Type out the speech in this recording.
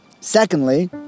Secondly